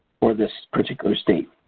for this particular state.